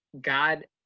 god